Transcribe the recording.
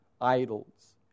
idols